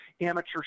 amateur